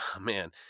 Man